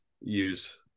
use